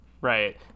Right